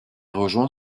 rejoint